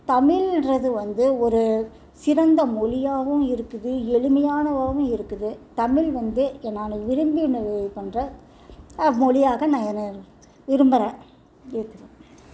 தமிழ்ன்றது வந்து ஒரு சிறந்த மொழியாகவும் இருக்குது எளிமையானதாகவும் இருக்குது தமிழ் வந்து நான் விரும்பி இது பண்ணுற மொழியாக நான் விரும்புகிறேன் இருக்குது